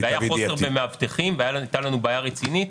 היה חוסר במאבטחים והייתה לנו בעיה רצינית.